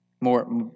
More